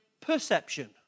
perception